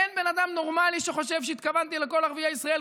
אין בן אדם נורמלי שחושב שהתכוונתי לכל ערביי ישראל.